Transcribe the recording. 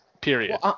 period